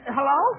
Hello